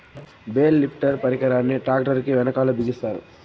bale lifter పరికరాన్ని tractor కీ వెనకాల బిగిస్తారు